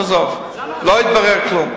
תעזוב, לא התברר כלום.